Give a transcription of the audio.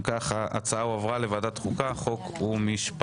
אם ככה, ההצעה הועברה לוועדת החוקה, חוק ומשפט.